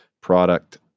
product